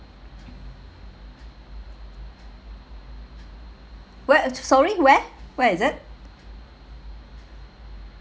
what sorry where where is it